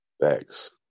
Thanks